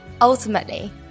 Ultimately